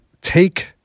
take